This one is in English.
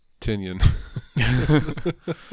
Tinian